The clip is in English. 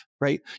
Right